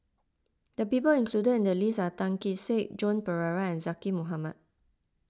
the people included in the list are Tan Kee Sek Joan Pereira and Zaqy Mohamad